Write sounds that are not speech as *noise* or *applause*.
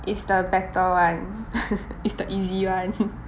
it's the better one *laughs* it's the easy one *laughs*